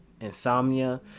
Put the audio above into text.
insomnia